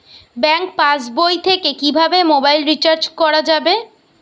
Bank পাশবই থেকে কিভাবে মোবাইল রিচার্জ করা যাবে?